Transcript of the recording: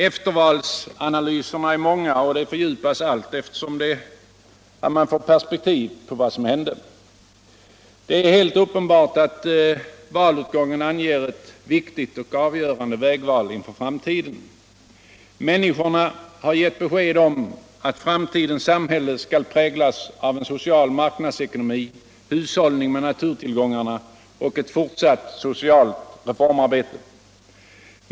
Eftervalsanalyserna är många, och de fördjupas allteftersom man får perspektiv på vad som hände. Det är helt uppenbart att valutgången anger ett viktigt och avgörande vägvul inför framtiden. Människorna har gett besked om att framtidens samhälle skall präglas av en social marknadsekonomi, hushållning med naturtiligångarna och ett fortsatt soctalt reformarbete.